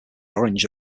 orange